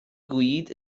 گویید